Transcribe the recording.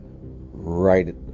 right